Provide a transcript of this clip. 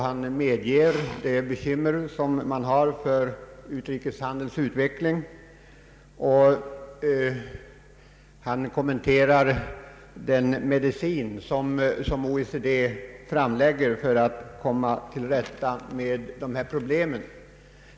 Han erkänner de bekymmer man har för utrikeshandelns utveckling och redogör för den medicin som OECD föreslagit för att komma till rätta med dessa problem.